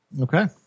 Okay